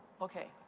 okay,